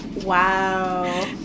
Wow